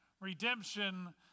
redemption